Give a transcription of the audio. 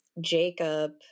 Jacob